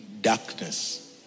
darkness